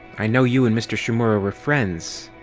i know you and mr. shimura were friends,